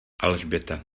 alžběta